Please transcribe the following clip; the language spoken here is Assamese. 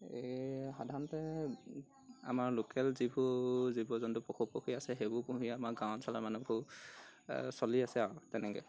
এই সাধাৰণতে আমাৰ লোকেল যিবোৰ জীৱ জন্তু পশু পক্ষী আছে সেইবোৰ পুহি আমাৰ গাঁও অঞ্চলৰ মানুহবোৰ চলি আছে আৰু তেনেকৈ